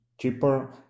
cheaper